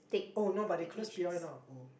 oh no but they close P_R now oh